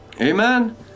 Amen